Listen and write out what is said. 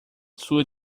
sua